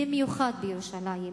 במיוחד בירושלים,